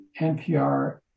NPR